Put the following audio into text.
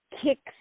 kicks